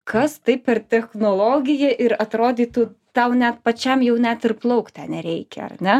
kas tai per technologija ir atrodytų tau net pačiam jau net ir plaukt ten nereikia ar ne